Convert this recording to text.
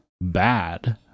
bad